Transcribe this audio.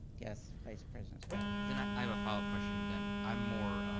yes, vice president spadafore. then i have a followup question then. i'm more.